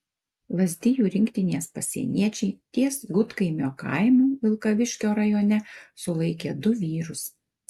lazdijų rinktinės pasieniečiai ties gudkaimio kaimu vilkaviškio rajone sulaikė du vyrus